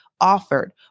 offered